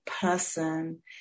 person